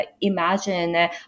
imagine